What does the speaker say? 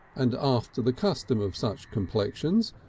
and after the custom of such complexions,